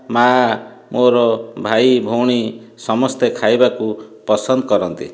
ମା ମୋର ଭାଇ ଭଉଣୀ ସମସ୍ତେ ଖାଇବାକୁ ପସନ୍ଦ କରନ୍ତି